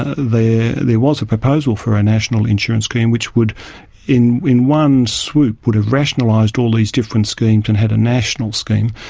ah there was a proposal for a national insurance scheme, which would in in one swoop, would have rationalised all these different schemes and had a national scheme.